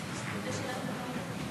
אני מבקשת לפתוח את הנאום שלי בדקה